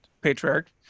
patriarch